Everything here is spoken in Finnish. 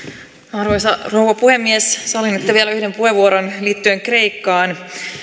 arvoisa rouva puhemies sallinette vielä yhden puheenvuoron liittyen kreikkaan